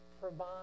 provide